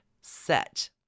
set